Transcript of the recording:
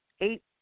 eight